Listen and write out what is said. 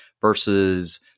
versus